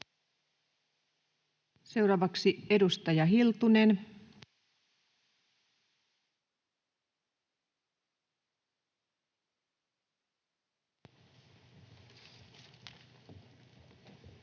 Seuraavaksi edustaja Hiltunen.